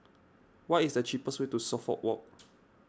what is the cheapest way to Suffolk Walk